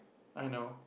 I know